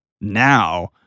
Now